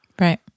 Right